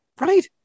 Right